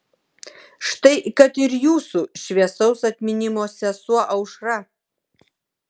štai kad ir jūsų šviesaus atminimo sesuo aušra